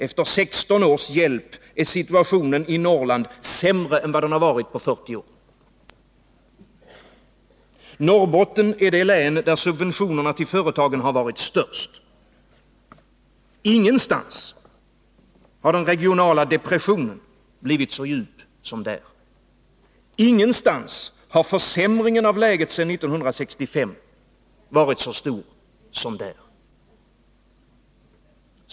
Efter 16 års hjälp är situationen i Norrland sämre än den har varit på 40 år. Norrbotten är det län där subventionerna till företagen varit störst. Ingenstans har den regionala depressionen blivit så djup som där. Ingenstans har försämringen av läget sedan 1965 varit så stor som där.